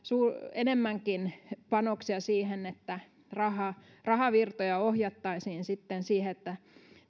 enemmänkin panoksia siihen että rahavirtoja ohjattaisiin sitten siihen että